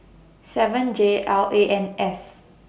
seven J L A N S